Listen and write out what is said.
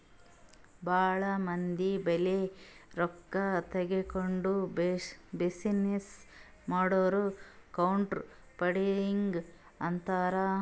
ಭಾಳ ಮಂದಿ ಬಲ್ಲಿ ರೊಕ್ಕಾ ತಗೊಂಡ್ ಬಿಸಿನ್ನೆಸ್ ಮಾಡುರ್ ಕ್ರೌಡ್ ಫಂಡಿಂಗ್ ಅಂತಾರ್